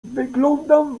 wyglądam